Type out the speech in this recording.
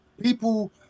People